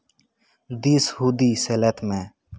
ᱫᱤᱥ ᱦᱩᱫᱤᱥ ᱥᱮᱞᱮᱫ ᱢᱮ